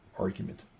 Argument